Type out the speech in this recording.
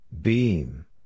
Beam